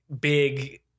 big